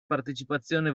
partecipazione